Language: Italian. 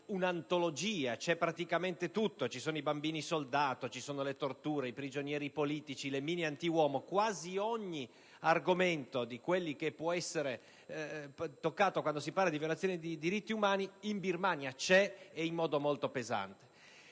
un'antologia, dove c'è praticamente tutto (ci sono i bambini soldato, le torture, i prigionieri politici, le mine antiuomo). Quasi ogni argomento, tra quelli che possono essere toccati quando si parla di violazione dei diritti umani, in Birmania è presente, ed in modo molto pesante.